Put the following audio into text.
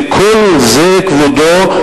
וכל זה, כבודו,